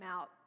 out